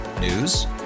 news